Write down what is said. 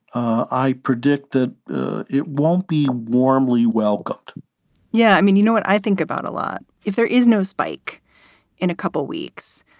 i predict that it won't be warmly welcomed yeah, i mean, you know what i think about a lot, if there is no spike in a couple weeks,